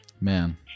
man